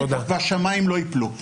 והשמיים לא ייפלו.